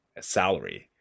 salary